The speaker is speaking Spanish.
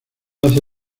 hace